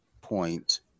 point